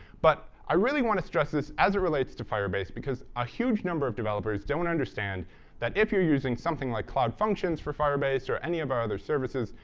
but i really want to stress this as it relates to firebase because a huge number of developers don't understand that if you're using something like cloud functions for firebase or any of our other services,